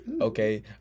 okay